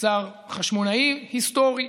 מבצר חשמונאי היסטורי,